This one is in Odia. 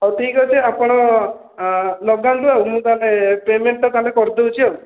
ହଉ ଠିକ୍ ଅଛି ଆପଣ ଲଗାନ୍ତୁ ଆଉ ମୁଁ ତାହେଲେ ପେମେଣ୍ଟ ଟା ତାହେଲେ କରିଦଉଛି ଆଉ